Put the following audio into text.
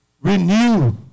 Renew